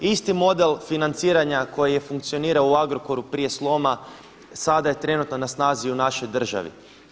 Isti model financiranja koji je funkcionirao u Agrokoru prije sloma sada je trenutno na snazi u našoj državi.